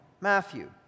Matthew